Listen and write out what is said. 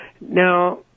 Now